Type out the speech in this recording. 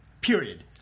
period